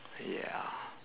ya